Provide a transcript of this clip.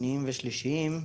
שניים ושלישיים,